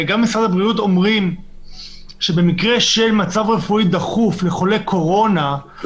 גם משרד הבריאות אומרים שבמקרה של מצב רפואי דחוף לחולה קורונה הוא